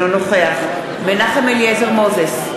אינו נוכח מנחם אליעזר מוזס,